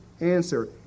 Answer